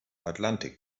atlantik